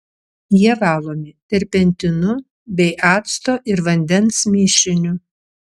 jie valomi terpentinu bei acto ir vandens mišiniu